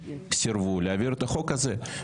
סירבו להעביר את החוק הזה.